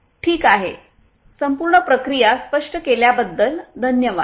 ठीक आहे संपूर्ण प्रक्रिया स्पष्ट केल्याबद्दल धन्यवाद